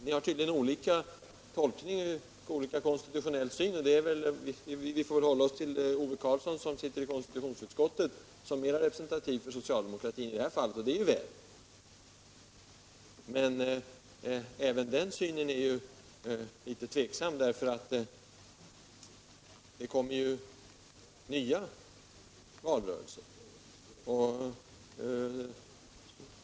Ni har tydligen olika konstitutionell syn, men vi får väl anse att Ove Karlsson, som sitter i konstitutionsutskottet, är mera representativ för socialdemokratin i det här fallet, och det är ju bra. Även hans syn på frågan är litet tvivelaktig, eftersom det ju kommer nya valrörelser.